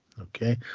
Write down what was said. Okay